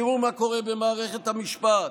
תראו מה קורה במערכת המשפט.